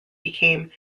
became